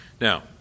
Now